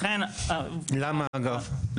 למה, אגב?